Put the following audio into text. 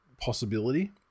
possibility